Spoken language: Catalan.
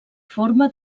forma